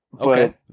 Okay